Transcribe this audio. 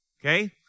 okay